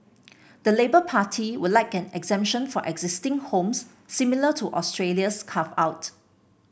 the Labour Party would like an exemption for existing homes similar to Australia's carve out